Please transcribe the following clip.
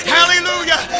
Hallelujah